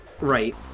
Right